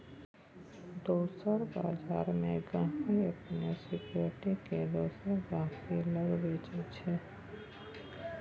दोसर बजार मे गांहिकी अपन सिक्युरिटी केँ दोसर गहिंकी लग बेचय छै